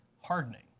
hardening